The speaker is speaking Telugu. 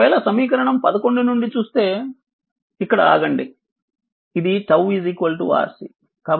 ఒకవేళ సమీకరణం 11 నుండి చూస్తే ఇక్కడ ఆగండి ఇది 𝜏 RC